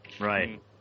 Right